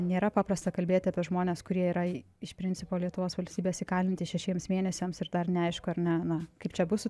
nėra paprasta kalbėti apie žmones kurie yra iš principo lietuvos valstybės įkalinti šešiems mėnesiams ir dar neaišku ar ne na kaip čia bus su